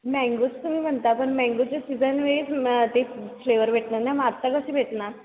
मँंगोच तुम्ही म्हणता पण मँंगोचे सीजन वेळेस मग ते फ्लेवर भेटणार ना मग आत्ता कशी भेटणार